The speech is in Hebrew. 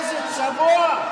איזה צבוע.